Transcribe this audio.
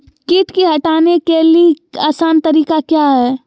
किट की हटाने के ली आसान तरीका क्या है?